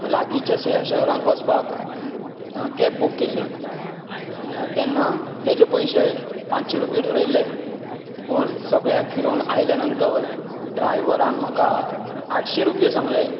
लागींच्या शहरांत वचपाक केब बूक केल्ली तेन्ना तेचे पयशें पांचशीं रुपया ठरयल्ले पूण सगळ्याक फिरोन आयल्या नंतर ड्रायव्हरान म्हाका आठशीं रुपयां सांगले